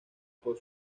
por